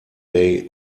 they